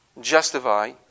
justify